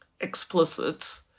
explicit